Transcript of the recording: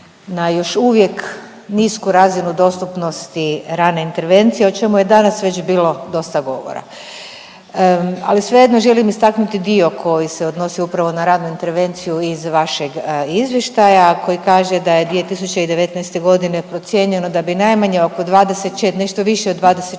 na još uvijek nisku razinu dostupnosti rane intervencije o čemu je danas već bilo dosta govora. Ali svejedno želim istaknuti dio koji se odnosi upravo na radnu intervenciju iz vašeg izvještaja koji kaže da je 2019.g. procijenjeno da bi najmanje oko nešto više od 24